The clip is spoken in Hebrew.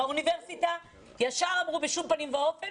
באוניברסיטה ישר אמרו בשום פנים ואופן